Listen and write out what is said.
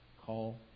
call